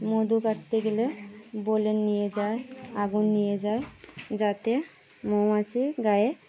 মধু কাটতে গেলে বলে নিয়ে যায় আগুন নিয়ে যায় যাতে মৌমাছে গায়ে